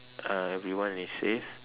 uh everyone is safe